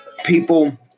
People